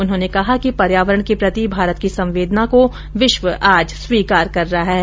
उन्होंने कहा कि पर्यावरण के प्रति भारत की संवेदना को विश्व आज स्वीकार कर रहा है